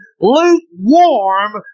lukewarm